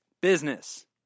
Business